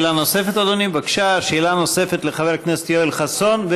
שאלה נוספת, בבקשה, לחבר הכנסת יואל חסון.